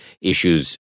issues